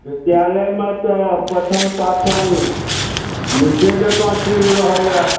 विद्यालयमे तऽ पठन पाठन नीके जकाँ चलि रहल यऽ